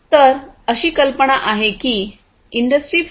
तर अशी कल्पना आहे की इंडस्ट्री 4